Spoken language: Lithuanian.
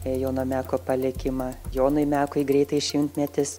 jono meko palikimą jonui mekui greitai šimtmetis